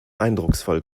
eindrucksvoll